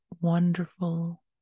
wonderful